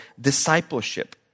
discipleship